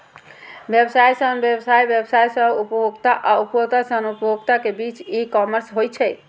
व्यवसाय सं व्यवसाय, व्यवसाय सं उपभोक्ता आ उपभोक्ता सं उपभोक्ता के बीच ई कॉमर्स होइ छै